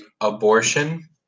abortion